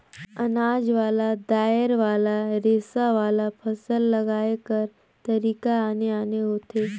अनाज वाला, दायर वाला, रेसा वाला, फसल लगाए कर तरीका आने आने होथे